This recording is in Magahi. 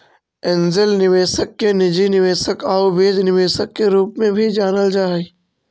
एंजेल निवेशक के निजी निवेशक आउ बीज निवेशक के रूप में भी जानल जा हइ